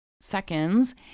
seconds